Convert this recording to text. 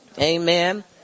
Amen